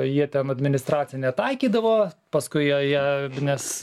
jie ten administracinę taikydavo paskui jie jie nes